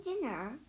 dinner